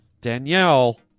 Danielle